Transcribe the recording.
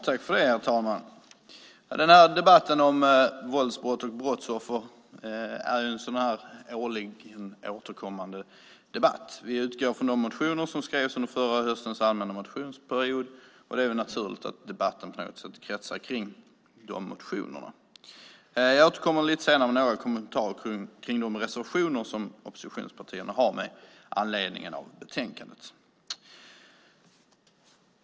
Herr talman! En debatt om våldsbrott och brottsoffer är en årligen återkommande debatt. Vi utgår från motioner som skrevs under förra höstens allmänna motionsperiod, och det är också naturligt att debatten kretsar kring dessa motioner. Jag återkommer lite senare med några kommentarer till de reservationer som oppositionspartierna har med anledning av betänkandet.